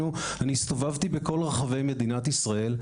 הסתובבתי בכל רחבי מדינת ישראל,